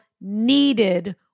needed